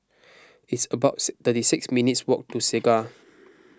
it's about thirty six minutes' walk to Segar